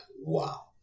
wow